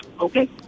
Okay